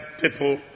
people